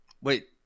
Wait